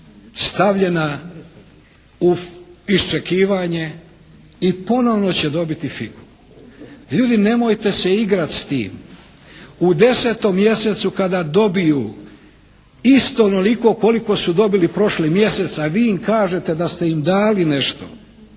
stavljena u iščekivanje i ponovno će dobiti figu. Ljudi nemojte se igrati s tim. U 10. mjesecu kada dobiju isto onoliko koliko su prošli mjesec, a vi im kažete da ste im dali nešto,